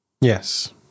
Yes